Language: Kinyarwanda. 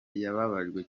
yababajwe